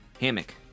Hammock